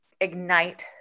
ignite